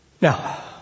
Now